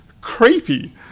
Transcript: creepy